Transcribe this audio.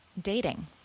dating